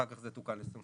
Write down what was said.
אחר כך זה תוקן ל-25%.